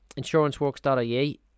insuranceworks.ie